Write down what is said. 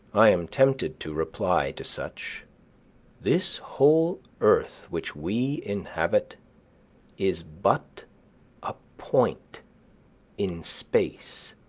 i am tempted to reply to such this whole earth which we inhabit is but a point in space.